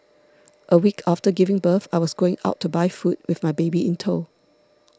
a week after giving birth I was going out to buy food with my baby in tow